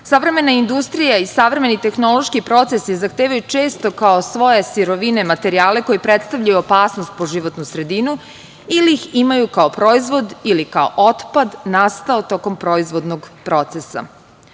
Savremena industrija i savremeni tehnološki procesi zahtevaju često, kao svoje sirovine, materijale koji predstavljaju opasnost po životnu sredinu ili ih imaju kao proizvod ili kao otpad nastao tokom proizvodnog procesa. Ovom